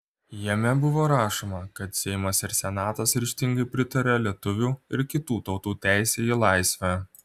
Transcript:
jame buvo rašoma kad seimas ir senatas ryžtingai pritaria lietuvių ir kitų tautų teisei į laisvę